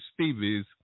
Stevies